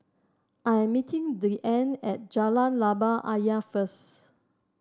I am meeting Deann at Jalan Labu Ayer first